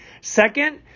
Second